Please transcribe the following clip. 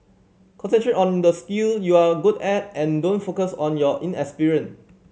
concentrate on the skill you're a good at and don't focus on your inexperience